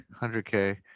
100k